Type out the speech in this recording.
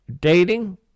dating